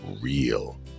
real